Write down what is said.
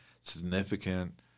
significant